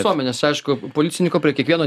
suomenės aišku policininko prie kiekvieno